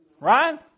Right